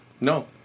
no